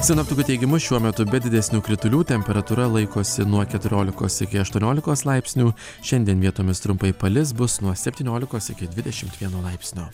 sinoptikų teigimu šiuo metu be didesnių kritulių temperatūra laikosi nuo keturiolikos iki aštuoniolikos laipsnių šiandien vietomis trumpai palis bus nuo septyniolikos iki dvidešimt vieno laipsnio